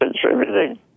contributing